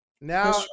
Now